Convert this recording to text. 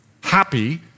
happy